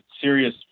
serious